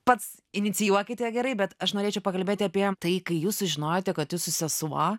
pats inicijuokite gerai bet aš norėčiau pakalbėti apie tai kai jūs sužinojote kad jūsų sesuo